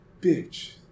Bitch